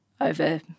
over